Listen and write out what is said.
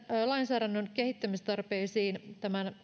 lainsäädännön kehittämistarpeisiin